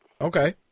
Okay